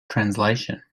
translation